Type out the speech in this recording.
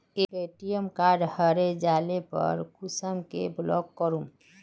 ATM card हरे जाले पर कुंसम के ब्लॉक करूम?